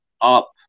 up